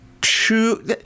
two